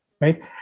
right